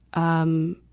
um,